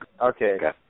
Okay